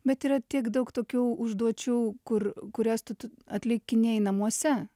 bet yra tiek daug tokių užduočių kur kurias tu tu atlikinėji namuose